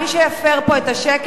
מי שיפר פה את השקט,